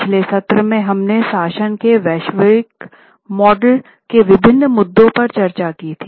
पिछले सत्र में हमने शासन के वैश्विक मॉडल के विभिन्न मुद्दों पर चर्चा की थी